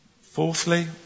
fourthly